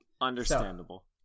Understandable